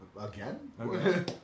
Again